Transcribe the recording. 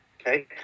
okay